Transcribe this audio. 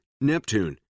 Neptune